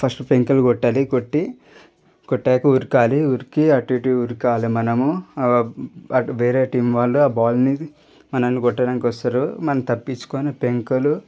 first పెంకులు కొట్టాలి కొట్టి కొట్టాక ఉరకాలి ఉరికి అటు ఇటు ఉరకాలి మనము వేరే టీం వాళ్ళు ఆ బాల్ని మనల్ని కొట్టడానికి వస్తారు మనం తప్పించుకొని పెంకులు